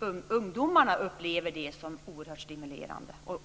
att ungdomarna upplever detta som oerhört stimulerande.